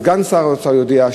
סגן שר האוצר יודיע,